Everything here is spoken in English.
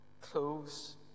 clothes